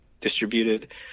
distributed